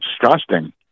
disgusting